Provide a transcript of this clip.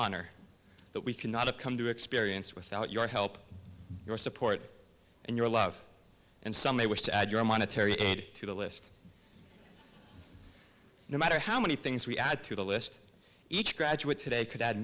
honor that we cannot of come to experience without your help your support and your love and some may wish to add your monetary aid to the list no matter how many things we add to the list each graduate today could add